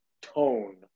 tone